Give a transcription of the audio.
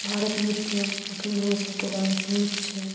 भारत नृत्यम अखन हमरा सबके डांस नीक छै